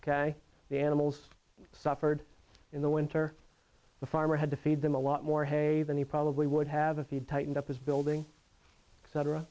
ok the animals suffered in the winter the farmer had to feed them a lot more hey then he probably would have a feed tightened up his building cetera